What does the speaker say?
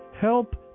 help